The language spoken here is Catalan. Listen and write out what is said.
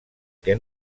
què